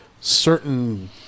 certain